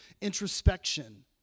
introspection